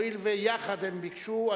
הואיל והם ביקשו יחד,